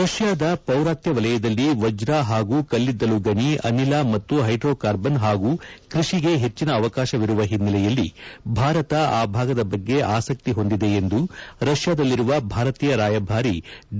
ರಷ್ಯಾದ ಪೌರಾತ್ಯ ವಲಯದಲ್ಲಿ ವಜ್ರ ಹಾಗೂ ಕಲ್ಲಿದ್ದಲು ಗಣಿ ಅನಿಲ ಮತ್ತು ಹೈಡ್ರೊಕಾರ್ಬನ್ ಹಾಗೂ ಕೃಷಿಗೆ ಹೆಚ್ಚಿನ ಅವಕಾಶವಿರುವ ಹಿನ್ನೆಲೆಯಲ್ಲಿ ಭಾರತ ಆ ಭಾಗದ ಬಗ್ಗೆ ಆಸಕ್ತಿ ಹೊಂದಿದೆ ಎಂದು ರಷ್ಯಾದಲ್ಲಿರುವ ಭಾರತೀಯ ರಾಯಭಾರಿ ಡಿ